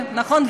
נכון?